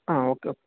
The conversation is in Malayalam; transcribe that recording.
ആ ഓക്കെ